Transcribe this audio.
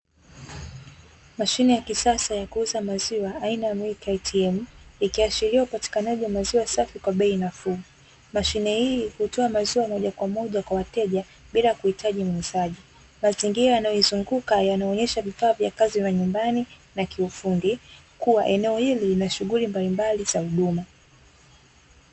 Mashine ya kisasa ya kuuza maziwa aina ya (MILK ATM) ikiashiria upatikanaji wa maziwa safi kwa bei nafuu. Mashine hii hutoa maziwa moja kwa moja kwa wateja bila ya kuhitaji muuzaji. Mazingira yanayoizunguka yanaonyesha vifaa vya kazi vya nyumbani na kiufundi, kuwa eneo hili lina shughuli mbalimbali za huduma.